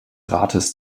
rates